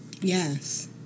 Yes